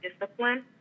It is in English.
discipline